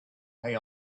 pay